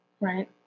right